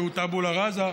שהוא טבולה רסה.